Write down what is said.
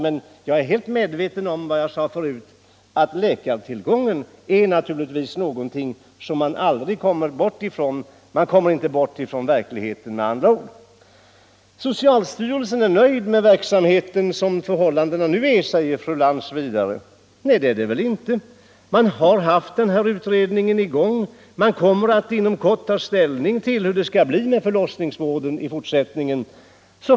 Men jag är helt medveten om, som jag sade förut, att man aldrig kommer ifrån beroendet av tillgången på läkare. Man kommer inte ifrån verkligheten med andra ord. Socialstyrelsen är nöjd med förhållandena så som de nu är, säger fru Lantz vidare. Nej, så är det inte! Socialstyrelsen har ju haft en utredning och man kommer inom kort att ta ställning till hur det skall bli med förlossningsvården i fortsättningen.